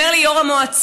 אומר לי יו"ר המועצה: